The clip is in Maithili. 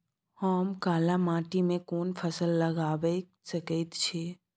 हम काला माटी में कोन फसल लगाबै सकेत छी?